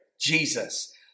Jesus